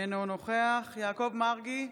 אינו נוכח יעקב מרגי,